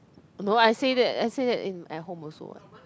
no I say that I say that in at home also what